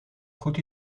goed